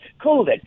COVID